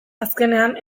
azkenean